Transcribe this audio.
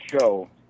show